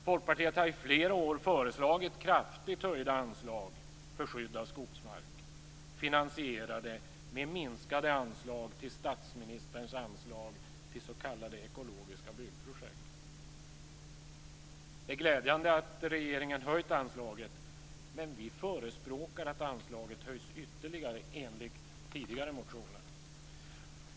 Folkpartiet har i flera år föreslagit kraftigt höjda anslag för skydd av skogsmark, finansierat med minskade medel till statsministerns anslag till s.k. ekologiska byggprojekt. Det är glädjande att regeringen har höjt anslaget, men vi förespråkar att anslaget höjs ytterligare enligt tidigare motioner.